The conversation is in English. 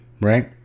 right